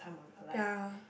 time of your life